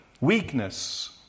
Weakness